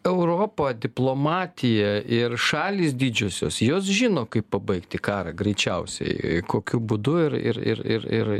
europa diplomatija ir šalys didžiosios jos žino kaip pabaigti karą greičiausiai kokiu būdu ir ir ir ir ir